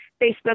Facebook